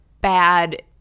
bad